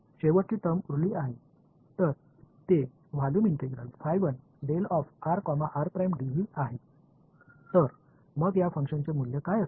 எனவே மின்சார வெளிப்பாடாக மாறுகிறது இந்த மைனஸ் இங்கே இந்த வெளிப்பாடு இங்கே தோன்றியுள்ளது இங்கே எஞ்சியிருப்பது இந்த இறுதி வெளிப்பாடு மட்டுமே